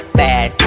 bad